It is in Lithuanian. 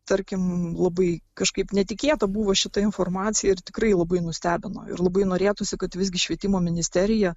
tarkim labai kažkaip netikėta buvo šita informacija ir tikrai labai nustebino ir labai norėtųsi kad visgi švietimo ministerija